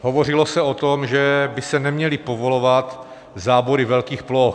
Hovořilo se o tom, že by se neměly povolovat zábory velkých ploch.